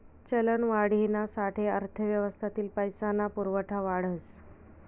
चलनवाढीना साठे अर्थव्यवस्थातील पैसा ना पुरवठा वाढस